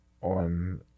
on